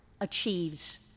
achieves